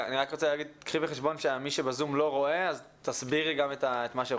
קחי בחשבון שמי שב-זום לא רואה ולכן תסבירי את מה שרואים.